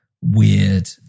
weird